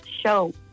show